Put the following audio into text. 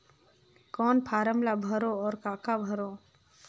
कौन फारम ला भरो और काका भरो?